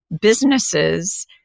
businesses